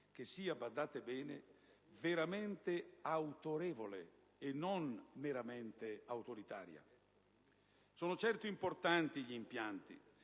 che sia - badate bene - veramente autorevole e non meramente autoritaria. Sono certo importanti gli impianti,